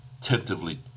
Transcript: Tentatively